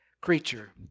creature